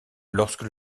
lorsque